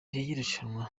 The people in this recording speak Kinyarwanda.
y’irushanwa